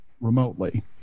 remotely